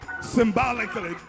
symbolically